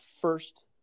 first